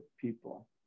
people